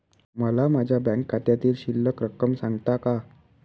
मला माझ्या बँक खात्यातील शिल्लक रक्कम सांगता का?